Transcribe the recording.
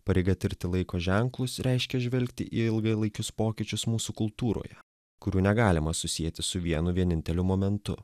pareiga tirti laiko ženklus reiškia žvelgti į ilgalaikius pokyčius mūsų kultūroje kurių negalima susieti su vienu vieninteliu momentu